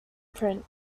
print